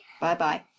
Bye-bye